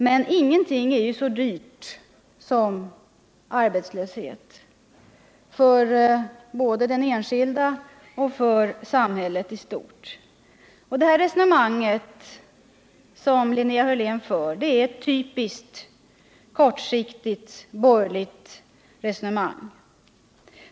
Men ingenting är ju så dyrt som arbetslöshet, både för den enskilde och för samhället i stort. Det resonemang som Linnea Hörlén för är ett typiskt kortsiktigt borgerligt resonemang.